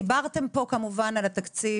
דיברתם על התקציב,